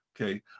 okay